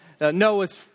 Noah's